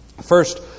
First